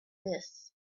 this